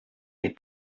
est